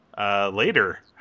later